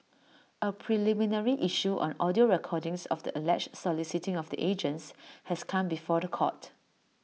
A preliminary issue on audio recordings of the alleged soliciting of the agents has come before The Court